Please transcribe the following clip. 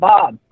Bob